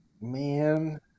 man